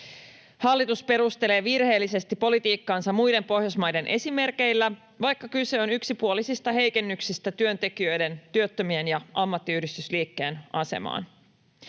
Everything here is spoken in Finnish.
Hallitus perustelee virheellisesti politiikkaansa muiden Pohjoismaiden esimerkeillä, vaikka kyse on yksipuolisista heikennyksistä työntekijöiden, työttömien ja ammattiyhdistysliikkeen asemaan.